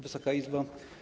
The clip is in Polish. Wysoka Izbo!